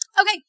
Okay